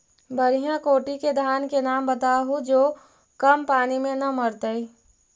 बढ़िया कोटि के धान के नाम बताहु जो कम पानी में न मरतइ?